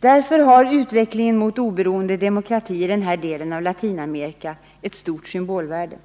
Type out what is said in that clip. Därför har utvecklingen mot oberoende och demokrati i den här delen av Latinamerika ett stort symbolvärde.